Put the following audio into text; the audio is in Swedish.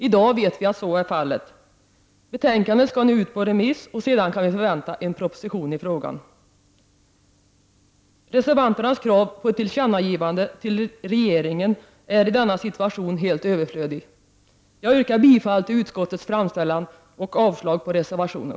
I dag vet vi också att så är fallet. Betänkandet skall nu på remiss, och sedan kan vi förvänta oss en proposition i frågan. Reservanternas krav på ett tillkännagivande till regeringen är i denna situation helt överflödig. Jag yrkar bifall till utskottets hemställan och avslag på reservationen.